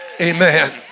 Amen